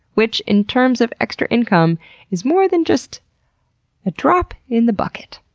which in terms of extra income is more than just a drop in the bucket.